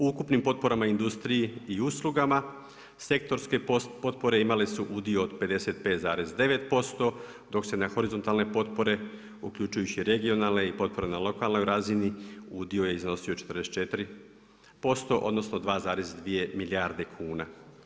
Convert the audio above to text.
U ukupnim potporama industriji i uslugama sektorske potpore imale su udio od 55,9% dok se na horizontalne potpore uključujući regionalne i potpore na lokalnoj razini udio je iznosio 44% odnosno 2,2 milijarde kuna.